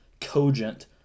cogent